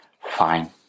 fine